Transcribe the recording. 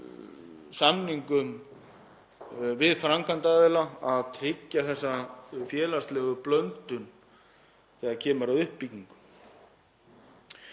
samningum við framkvæmdaraðila er að tryggja þessa félagslegu blöndun þegar kemur að uppbyggingu.